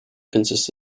consists